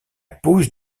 pose